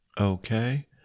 Okay